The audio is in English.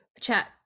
chat